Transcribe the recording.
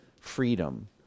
freedom